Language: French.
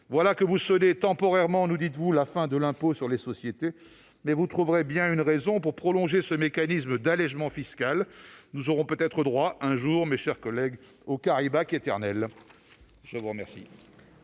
Voilà que vous sonnez- temporairement, nous dites-vous -la fin de l'impôt sur les sociétés. Mais vous trouverez bien une raison pour prolonger ce mécanisme d'allégement fiscal. Nous aurons peut-être droit un jour, mes chers collègues, au éternel ! La parole